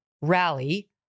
rally